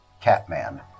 Catman